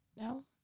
no